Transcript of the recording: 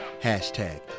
hashtag